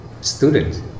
students